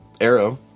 Arrow